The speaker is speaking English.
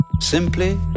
Simply